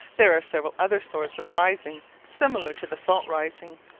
there are several other sorts of rising similar to the salt-rising.